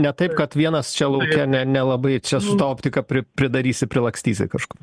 ne taip kad vienas čia lauke ne nelabai čia su ta optika pri pridarysi prilakstysi kažkur